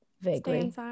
vaguely